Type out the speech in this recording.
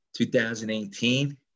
2018